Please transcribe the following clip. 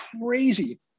crazy